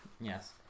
Yes